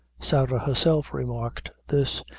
sarah herself remarked this,